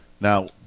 Now